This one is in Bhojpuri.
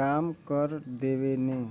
काम कर देवेने